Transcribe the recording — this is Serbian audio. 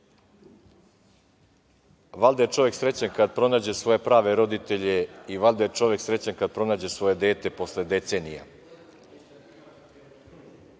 je čovek srećan kada pronađe svoje prave roditelje i valjda je čovek srećan kada pronađe svoje dete posle